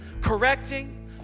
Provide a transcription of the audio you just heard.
correcting